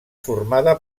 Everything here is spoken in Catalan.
formada